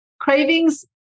cravings